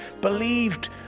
believed